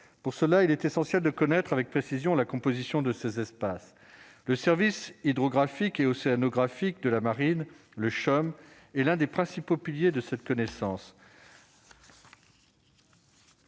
Pour cela, il est essentiel de connaître avec précision la composition de ces espaces, le Service hydrographique et océanographique de la marine, le CHUM et l'un des principaux piliers de cette connaissance.